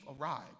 arrived